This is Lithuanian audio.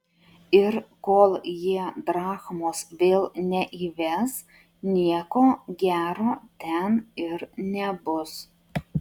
ir kol jie drachmos vėl neįves nieko gero ten ir nebus